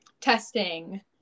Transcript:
testing –